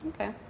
Okay